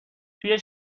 توی